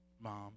Mom